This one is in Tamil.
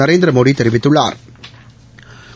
நரேந்திரமோடி தெரிவித்துள்ளாா்